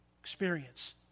experience